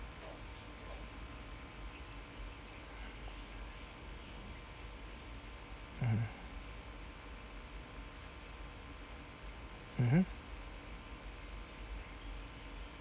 mmhmm mmhmm